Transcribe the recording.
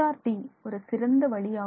D ஒரு சிறந்த வழியாகும்